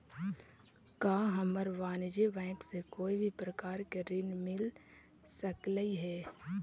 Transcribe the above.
का हमरा वाणिज्य बैंक से कोई भी प्रकार के ऋण मिल सकलई हे?